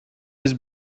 was